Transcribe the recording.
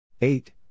Eight